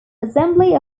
assembly